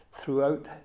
throughout